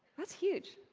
that's huge,